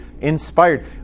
inspired